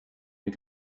you